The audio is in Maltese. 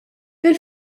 fil